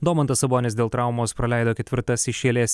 domantas sabonis dėl traumos praleido ketvirtas iš eilės